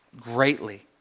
greatly